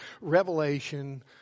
Revelation